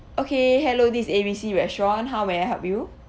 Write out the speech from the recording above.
okay hello this is A B C restaurant how may I help you